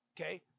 okay